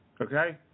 Okay